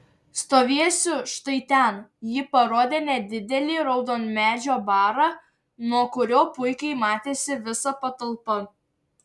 stovėsiu štai ten ji parodė nedidelį raudonmedžio barą nuo kurio puikiai matėsi visa patalpa